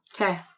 Okay